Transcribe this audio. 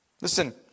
Listen